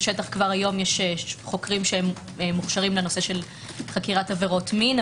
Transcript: בשטח כבר היום יש חוקרים שמוכשרים לנושא של חקירת עבירות מין,